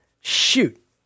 shoot